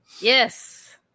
Yes